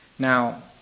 Now